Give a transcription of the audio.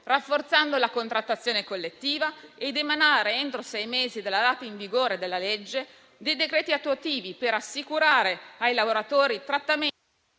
rafforzando la contrattazione collettiva ed emanando, entro sei mesi dalla data in vigore della legge, dei decreti attuativi per assicurare ai lavoratori trattamenti